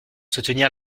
soutenir